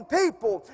people